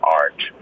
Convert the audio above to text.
art